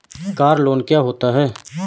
Car loan क्या होता है?